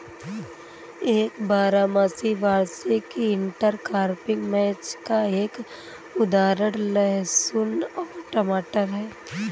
एक बारहमासी वार्षिक इंटरक्रॉपिंग मैच का एक उदाहरण लहसुन और टमाटर है